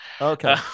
Okay